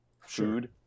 food